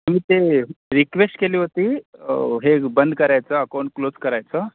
तुम्ही ते रिक्वेस्ट केली होती हे बंद करायचं अकोन क्लोज करायचं